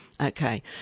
Okay